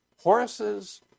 horses